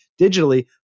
digitally